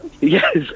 Yes